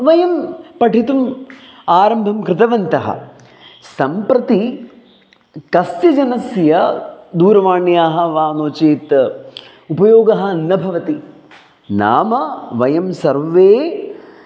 वयं पठितुम् आरम्भं कृतवन्तः सम्प्रति कस्य जनस्य दूरवाण्याः वा नो चेत् उपयोगः न भवति नाम वयं सर्वे